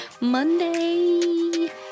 Monday